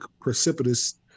precipitous